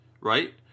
right